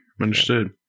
understood